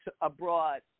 abroad